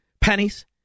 pennies